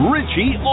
Richie